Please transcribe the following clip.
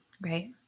Right